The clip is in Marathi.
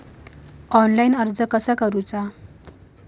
ऑनलाइन कर्ज कसा करायचा?